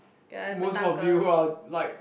most of you are like